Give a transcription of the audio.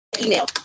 email